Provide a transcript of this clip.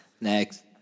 Next